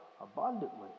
abundantly